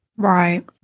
Right